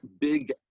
big